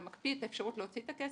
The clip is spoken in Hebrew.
אתה מקפיא את האפשרות להוציא את הכסף,